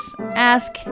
Ask